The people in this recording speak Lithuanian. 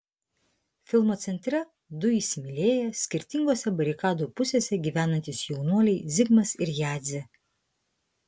filmo centre du įsimylėję skirtingose barikadų pusėse gyvenantys jaunuoliai zigmas ir jadzė